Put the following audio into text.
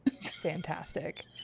fantastic